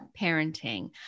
parenting